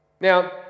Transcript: Now